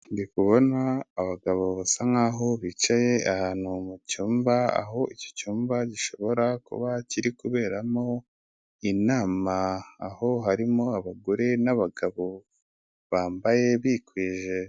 Ndi kubona abagabo basa nk'aho bicaye ahantu mu cyumba, aho icyo cyumba gishobora kuba kiri kuberamo inama, aho harimo abagore n'abagabo bambaye bikwije.